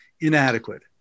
inadequate